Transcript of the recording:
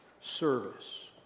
Service